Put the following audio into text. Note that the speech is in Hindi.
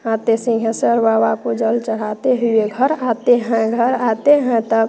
आते सिंहेश्वर बाबा को जल चढ़ाते हुए घर आते हैं घर आते हैं तब